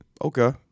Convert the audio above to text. Okay